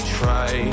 try